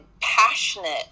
passionate